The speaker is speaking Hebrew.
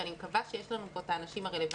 שאני מקווה שיש לנו פה את האנשים הרלוונטיים.